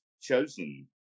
chosen